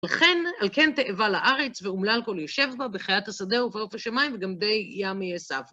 וכן על כן תאבל לארץ, ואומלל כל יושב בה, בחיית השדה ובעוף השמיים, וגם דגי הים ייאספו.